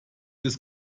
des